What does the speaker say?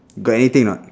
got anything or not